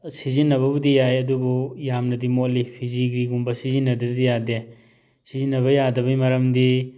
ꯁꯤꯖꯤꯟꯅꯕꯕꯨꯗꯤ ꯌꯥꯏ ꯑꯗꯨꯕꯨ ꯌꯥꯝꯅꯗꯤ ꯃꯣꯠꯂꯤ ꯐꯤꯖꯤꯒ꯭ꯔꯤꯒꯨꯝꯕ ꯁꯤꯖꯤꯟꯅꯗ꯭ꯔꯗꯤ ꯌꯥꯗꯦ ꯁꯤꯖꯤꯟꯅꯕ ꯌꯥꯗꯕꯩ ꯃꯔꯝꯗꯤ